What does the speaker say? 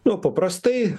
nu paprastai